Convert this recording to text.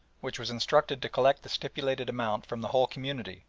which was instructed to collect the stipulated amount from the whole community,